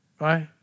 Right